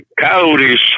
coyotes